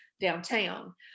downtown